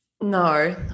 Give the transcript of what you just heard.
No